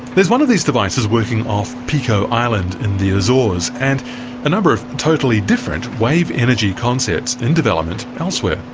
there's one of these devices working off pico island in the azores, and a number of totally different wave energy concepts in development elsewhere.